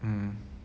mm mm